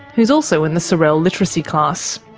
who's also in the sorell literacy class.